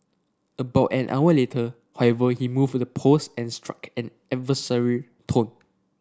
about an hour later however he moved the post and struck an adversarial tone